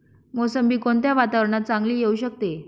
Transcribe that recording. मोसंबी कोणत्या वातावरणात चांगली येऊ शकते?